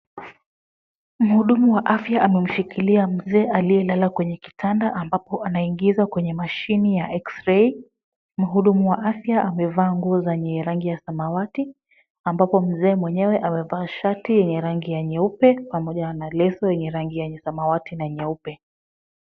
Mhudumu wa afya amemshikilia mzee aliyelala kwenye kitanda ambapo anaingizwa kwenye mashini ya X-ray . Mhudumu wa afya amevaa nguo zenye rangi ya samawati, ambapo mzee mwenyewe amevaa shati yenye rangi ya nyeupe pamoja na leso yenye rangi ya samwawati na nyeupe.